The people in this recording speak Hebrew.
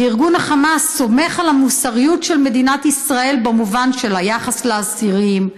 וארגון החמאס סומך על המוסריות של מדינת ישראל במובן של היחס לאסירים,